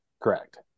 Correct